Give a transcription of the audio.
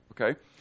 Okay